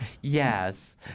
Yes